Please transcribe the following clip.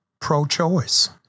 pro-choice